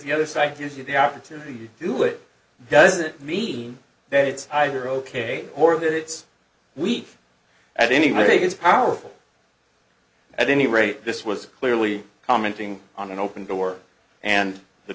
the other side if you see the opportunity to do it doesn't mean that it's either ok or that it's weak at any rate it's powerful at any rate this was clearly commenting on an open door and the